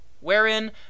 Wherein